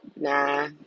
Nah